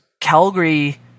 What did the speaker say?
calgary